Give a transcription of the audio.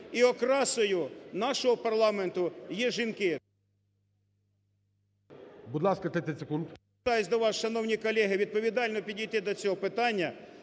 і окрасою нашого парламенту є жінки.